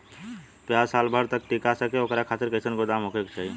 प्याज साल भर तक टीका सके ओकरे खातीर कइसन गोदाम होके के चाही?